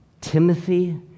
Timothy